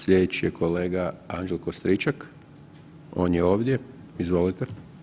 Slijedeći je kolega Anđelko Stričak, on je ovdje, izvolite.